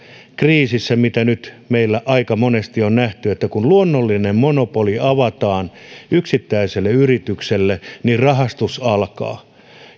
kriisissä mitä meillä nyt aika monesti on nähty että kun luonnollinen monopoli avataan yksittäiselle yritykselle niin rahastus alkaa